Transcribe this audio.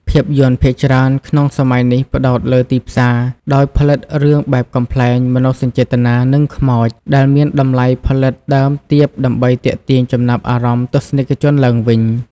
ភាពយន្តភាគច្រើនក្នុងសម័យនេះផ្តោតលើទីផ្សារ ដោយផលិតរឿងបែបកំប្លែង មនោសញ្ចេតនា និងខ្មោច ដែលមានតម្លៃផលិតដើមទាបដើម្បីទាក់ទាញចំណាប់អារម្មណ៍ទស្សនិកជនឡើងវិញ។